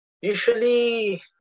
Usually